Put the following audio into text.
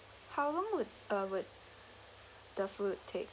how long would uh would the food take